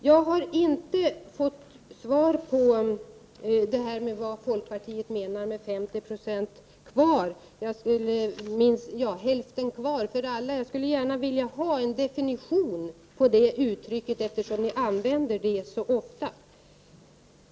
Jag har inte fått svar på vad folkpartiet menar med 50 96 kvar, hälften kvar för alla. Jag skulle gärna vilja ha en definition av det uttrycket eftersom ni använder det så ofta.